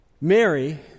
Mary